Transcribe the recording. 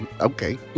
Okay